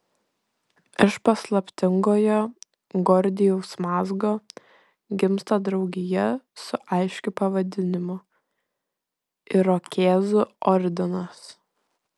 iš paslaptingojo gordijaus mazgo gimsta draugija su aiškiu pavadinimu irokėzų ordinas